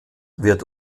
wird